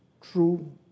true